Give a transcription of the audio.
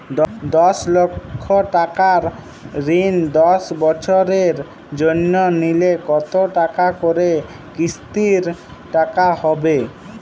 দশ লক্ষ টাকার ঋণ দশ বছরের জন্য নিলে কতো টাকা করে কিস্তির টাকা হবে?